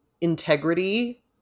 integrity